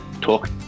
talk